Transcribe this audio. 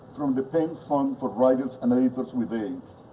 from the pen fund for writers and editors with aids.